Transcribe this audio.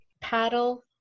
Paddle